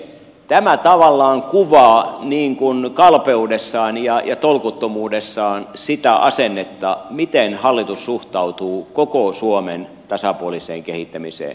tämä tavallaan kuvaa niin kuin kalpeudessaan ja tolkuttomuudessaan sitä asennetta miten hallitus suhtautuu koko suomen tasapuoliseen kehittämiseen